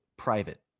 private